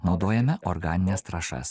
naudojame organines trąšas